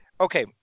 okay